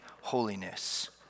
holiness